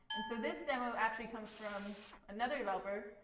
and so this demo actually comes from another developer,